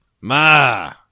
Ma